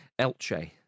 Elche